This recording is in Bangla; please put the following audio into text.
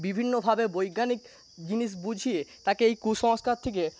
বিভিন্নভাবে বৈজ্ঞানিক জিনিস বুঝিয়ে তাকে এই কুসংস্কার থেকে